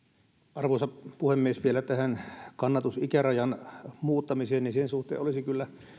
arvoisa puhemies vielä tähän kannatusikärajan muuttamiseen sen suhteen olisin kyllä